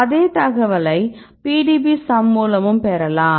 இதே தகவலை PDBsum மூலமும் பெறலாம்